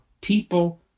people